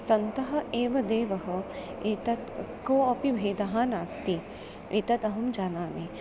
सन्तः एव देवः एतत् कोपि भेदः नास्ति एतदहं जानामि